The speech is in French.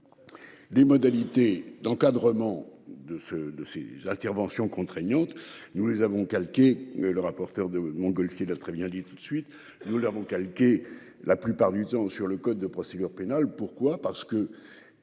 Les modalités d'encadrement de ce, de ces interventions contraignante. Nous les avons calquer le rapporteur de Montgolfier l'très bien dit tout de suite, nous l'avons calquer la plupart du temps sur le code de procédure pénale. Pourquoi,